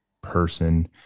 person